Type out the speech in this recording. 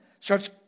starts